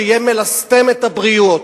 שיהא מלסטם את הבריות".